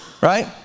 right